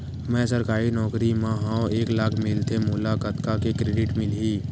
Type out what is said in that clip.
मैं सरकारी नौकरी मा हाव एक लाख मिलथे मोला कतका के क्रेडिट मिलही?